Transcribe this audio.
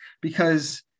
because-